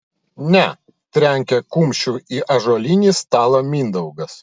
ne trenkė kumščiu į ąžuolinį stalą mindaugas